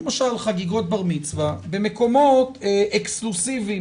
למשל אירועי בר מצווה במקומות אקסקלוסיביים